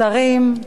שרים,